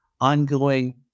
ongoing